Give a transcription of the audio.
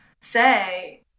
say